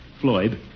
Floyd